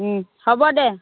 হ'ব দে